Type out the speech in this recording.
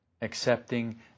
accepting